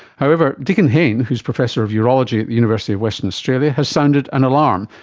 however, dicken hayne, who is professor of urology at the university of western australia, has sounded an alarm,